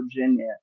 Virginia